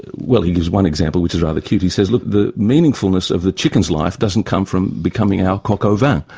well, he gives one example which is rather cute, he says, look, the meaningfulness of the chicken's life doesn't come from becoming our coq au vin', um